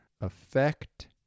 effect